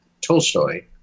Tolstoy